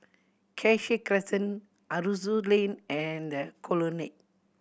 Cassia Crescent Aroozoo Lane and The Colonnade